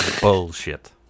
Bullshit